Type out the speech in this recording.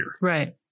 Right